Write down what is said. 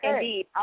Indeed